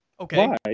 Okay